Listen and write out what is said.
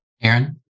Aaron